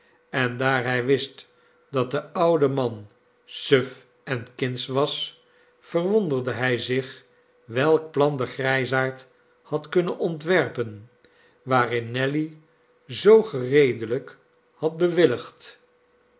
en daar hij wist dat de oude man suf en kindsch was verwonderde hij zich welk plan de grijsaard had kunnen ontwerpen waarin nelly zoo gereedelijk had